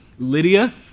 Lydia